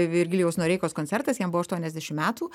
virgilijaus noreikos koncertas jam buvo aštuoniasdešimt metų